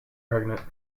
pregnant